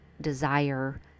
desire